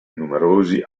numerosi